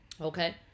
okay